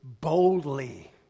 boldly